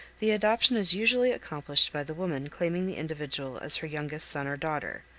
the adoption is usually accomplished by the woman claiming the individual as her youngest son or daughter,